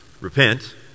Repent